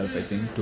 mm mm